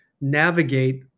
navigate